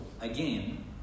again